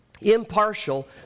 impartial